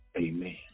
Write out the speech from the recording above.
amen